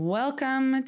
welcome